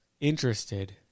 interested